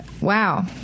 Wow